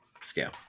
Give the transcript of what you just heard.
scale